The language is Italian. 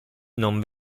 non